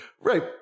Right